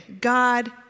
God